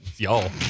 y'all